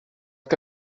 que